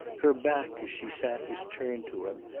her back, as she sat, was turned to him,